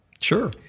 Sure